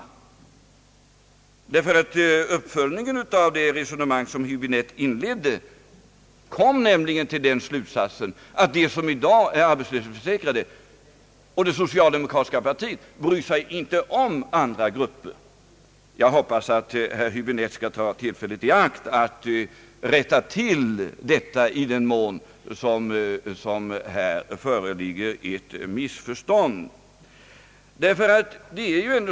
Slutsatsen av det resonemang som herr Häbinette inledde var nämligen att de som i dag är arbetslöshetsförsäkrade — och det socialdemokratiska partiet — inte bryr sig om andra grupper. Jag hoppas att herr Höäbinette skall ta tillfället i akt att rätta till detta i den mån som ett missförstånd här föreligger.